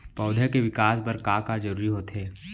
पौधे के विकास बर का का जरूरी होथे?